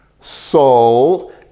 Soul